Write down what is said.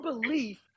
belief